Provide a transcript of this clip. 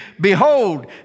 Behold